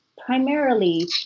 primarily